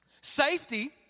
Safety